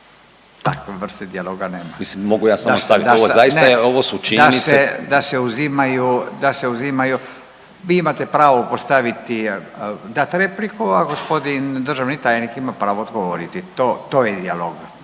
da se uzimaju, da se uzimaju, vi imate pravo postaviti dat repliku, a gospodin državni tajnik ima pravo odgovoriti. To, to je dijalog,